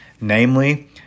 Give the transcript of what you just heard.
namely